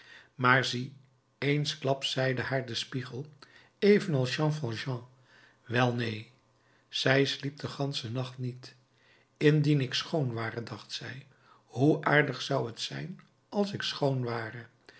maar zie eensklaps zeide haar de spiegel evenals jean valjean wel neen zij sliep den ganschen nacht niet indien ik schoon ware dacht zij hoe aardig zou het zijn als ik schoon ware